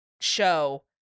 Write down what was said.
show